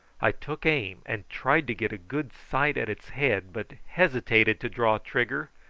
i took aim, and tried to get a good sight at its head, but hesitated to draw trigger,